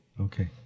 Okay